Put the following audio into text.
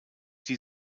die